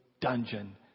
dungeon